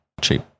cheap